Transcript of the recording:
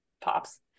pops